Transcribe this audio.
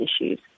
issues